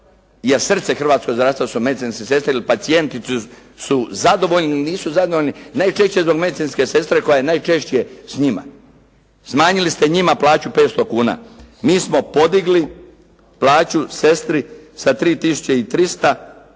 jer srce hrvatskog zdravstva su medicinske sestre i pacijenti su zadovoljni, nisu zadovoljni, najčešće zbog medicinske sestre koja je najčešće s njima. Smanjili ste njima plaću 500 kuna. Mi smo podigli plaću sestri sa 3 300 za